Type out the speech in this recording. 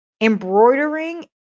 embroidering